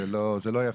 זה לא יפה.